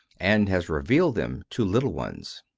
and hast revealed them to little ones.